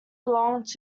belonged